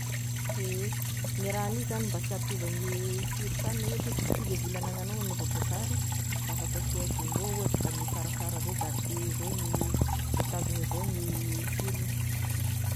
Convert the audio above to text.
Ehe ny raha hagny zany mba sy ampiova gny sirokanina raha ohatra ka hoe kidikidy ny vola agnananao agnaova bazary, da afaky asy jumbo ohatry, da misarasara avao garder avao gny, voatazona avao ny sirogny.